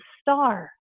star